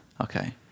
Okay